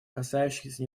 касающихся